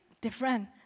different